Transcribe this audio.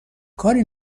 کاری